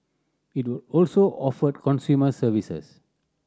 it will also offer consumer services